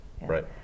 Right